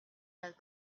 that